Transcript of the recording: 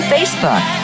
Facebook